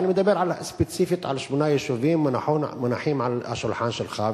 אבל אני מדבר ספציפית על שמונה יישובים שמונחים על השולחן שלך.